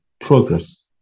progress